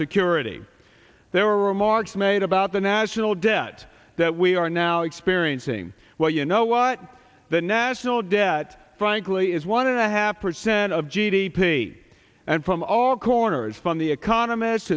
security there are remarks made about the national debt that we are now experiencing well you know what the national debt frankly is one and a half percent of g d p and from all corners from the economist